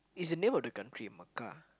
is the name of a country Mecca